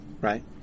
right